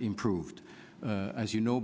improved as you know